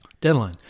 Deadline